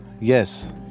yes